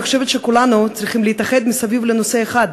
אני חושבת שכולנו צריכים להתאחד סביב נושא אחד: